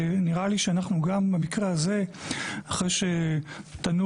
נראה לי שאנחנו גם במקרה הזה אחרי שתנוח